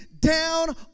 down